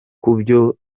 kubyo